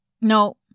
No